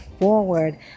forward